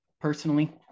personally